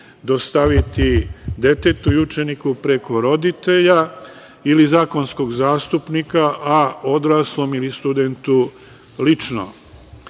dostaviti detetu i učeniku preko roditelja ili zakonskog zastupnika, a odraslom ili studentu lično. Dobro